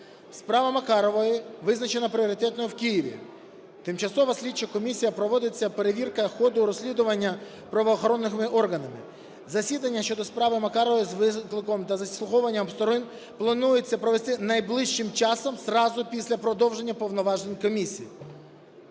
Справу Макарової визначено пріоритетною в Києві. Тимчасовою слідчою комісією проводиться перевірка ходу розслідування правоохоронними органами. Засідання щодо справи Макарової з викликом та заслуховування сторін планується провести найближчим часом, зразу після продовження повноважень комісії.